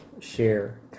share